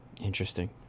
Interesting